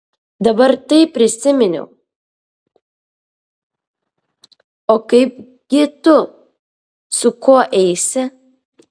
dabar tai prisiminiau o kaipgi tu su kuo eisi